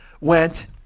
went